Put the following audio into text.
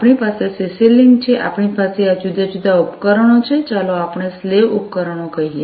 આપણી પાસે CC link છે આપણી પાસે આ જુદા જુદા ઉપકરણો છે ચાલો આપણે સ્લેવ ઉપકરણો કહીએ